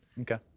okay